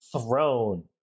throne